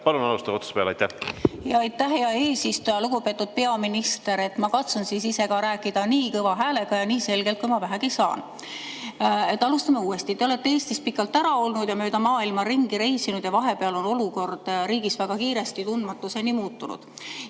tundmatuseni muutunud. Aitäh, hea eesistuja! Lugupeetud peaminister! Ma katsun rääkida nii kõva häälega ja nii selgelt, kui ma vähegi saan. Alustame uuesti. Te olete Eestist pikalt ära olnud ja mööda maailma ringi reisinud ning vahepeal on olukord riigis väga kiiresti tundmatuseni muutunud.